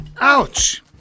Ouch